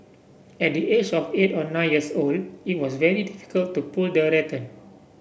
at the age of eight or nine years old it was very difficult to pull the rattan